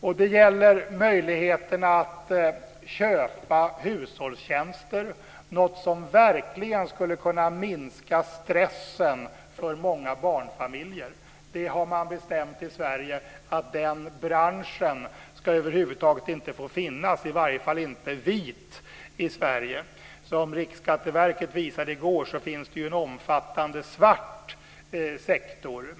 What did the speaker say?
Då det gäller möjligheterna att köpa hushållstjänster, något som verkligen skulle kunna minska stressen för många barnfamiljer, har man bestämt att en sådan bransch över huvud taget inte ska få finnas - i varje inte vit - i Sverige. Som Riksskatteverket visade i går finns det ju en omfattande svart sektor.